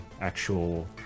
actual